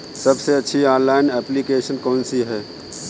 सबसे अच्छी online application कौन सी है?